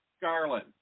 Garland